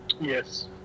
Yes